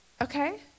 Okay